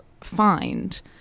find